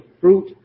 fruit